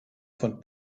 von